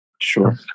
Sure